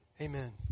Amen